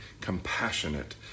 compassionate